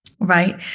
Right